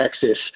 Texas